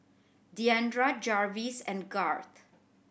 Diandra Jarvis and Garth